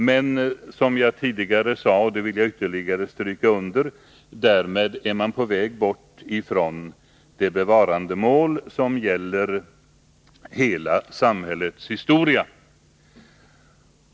Men — som jag tidigare sade och som jag ytterligare vill stryka under — därmed är man på väg bort från det bevarandemål som gäller hela samhällets historia.